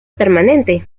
permanente